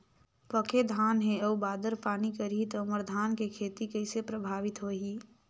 पके धान हे अउ बादर पानी करही त मोर धान के खेती कइसे प्रभावित होही?